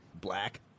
black